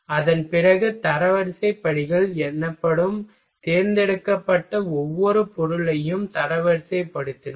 அதன்பிறகு தரவரிசை படிகள் எனப்படும் தேர்ந்தெடுக்கப்பட்ட ஒவ்வொரு பொருளையும் தரவரிசைப்படுத்தினோம்